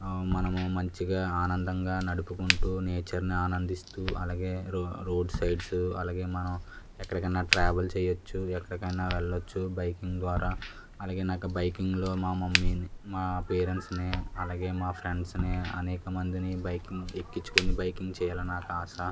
మనం మంచిగా ఆనందంగా నడుపుకుంటూ నేచర్ని ఆనందిస్తూ అలాగే రోడ్ సైడ్స్ అలాగే మనం ఎక్కడికైనా ట్రావెల్ చేయవచ్చు ఎక్కడికైనా వెళ్ళవచ్చు బైకింగ్ ద్వారా అలాగే నాకు బైకింగ్లో మా మమ్మీని మా పేరెంట్స్ని అలాగే మా ఫ్రెండ్స్ని అనేక మందిని బైకింగ్ ఎక్కించుకొని బైకింగ్ చేయాలని నాకు ఆశ